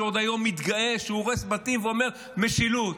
שעוד היום מתגאה שהוא הורס בתים ואומר: משילות.